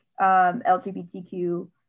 LGBTQ